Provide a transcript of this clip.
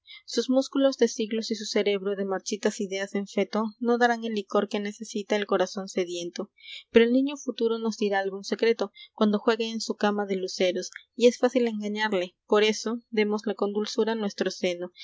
sus músculos de siglos y su cerebro de marchitas ideas en feto no darán el licor que necesita el corazón sediento pero el niño futuro nos dirá algún secreto cuando juegue en su cama de luceros y es fácil engañarle por eso démosle con dulzura nuestro seno